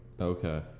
okay